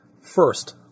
First